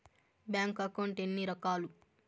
bank account ఎన్ని రకాలు